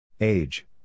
Age